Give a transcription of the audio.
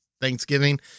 Thanksgiving